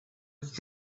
ask